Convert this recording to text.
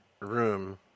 room